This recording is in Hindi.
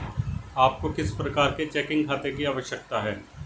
आपको किस प्रकार के चेकिंग खाते की आवश्यकता है?